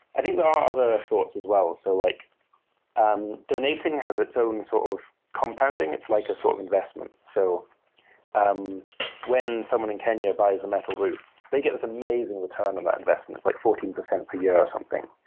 i think there are other thoughts as well. so like um donating has its own sort of compounding. it's like a sort of investment. so um when someone in kenya buys a metal roof, they get this amazing return on that investment. it's like fourteen percent per year or something.